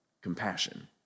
compassion